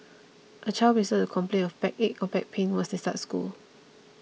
a child may start to complain of backache or back pain once they start school